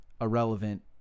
irrelevant